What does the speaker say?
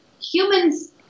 humans